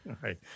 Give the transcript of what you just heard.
right